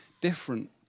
different